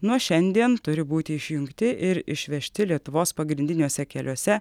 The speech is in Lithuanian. nuo šiandien turi būti išjungti ir išvežti lietuvos pagrindiniuose keliuose